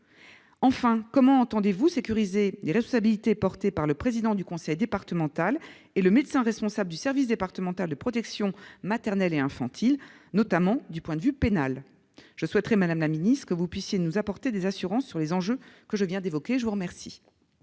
Enfin, comment entendez-vous sécuriser les responsabilités portées par le président du conseil départemental et le médecin responsable du service départemental de protection maternelle et infantile, notamment du point de vue pénal ? Je souhaiterais, madame la secrétaire d'État, que vous puissiez nous apporter des assurances sur les enjeux que je viens d'évoquer. La parole